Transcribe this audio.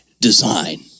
design